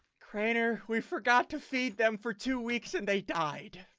crainer, we forgot to feed them for two weeks, and they died.